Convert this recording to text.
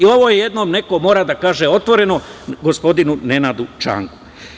I ovo jednom neko mora da kaže otvoreno gospodinu Nenadu Čanku.